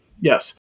Yes